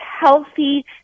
healthy